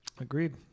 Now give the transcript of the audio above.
Agreed